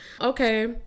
Okay